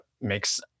makes